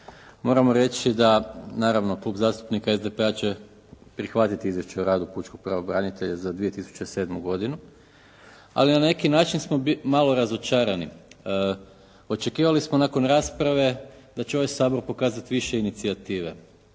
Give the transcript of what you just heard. moramo reći da naravno Klub zastupnika SDP-a će prihvatiti izvješće o radu pučkog pravobranitelja za 2007. godinu ali na neki način smo malo razočarani. Očekivali smo nakon rasprave da će ovaj Sabor pokazati više inicijative.